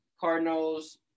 Cardinals